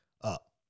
up